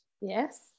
Yes